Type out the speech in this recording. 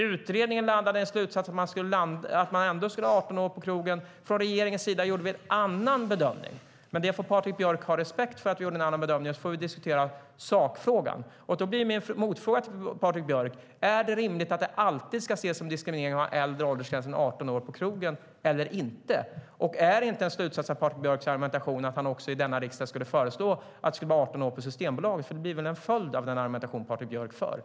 Utredningen landade i en slutsats att man ändå skulle ha 18-årsgräns på krogen. Från regeringens sida gjorde vi en annan bedömning. Patrik Björck får ha respekt för att vi gjorde en annan bedömning, och så får vi diskutera sakfrågan. Min motfråga till Patrik Björck är: Är det rimligt att det alltid ska ses som diskriminering att ha en högre åldersgräns än 18 år på krogen eller inte? Är inte en slutsats av Patrik Björcks argumentation att han i denna riksdag skulle föreslå att det skulle vara 18-årsgräns även på Systembolaget?